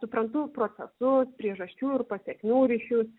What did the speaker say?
suprantu procesus priežasčių ir pasekmių ryšius